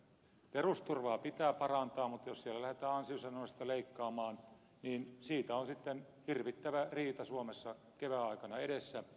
perusturvaa pitää parantaa mutta jos siellä lähdetään ansiosidonnaista leikkaamaan niin siitä on sitten hirvittävä riita suomessa kevään aikana edessä